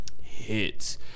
hits